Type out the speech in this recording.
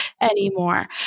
anymore